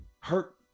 Hurt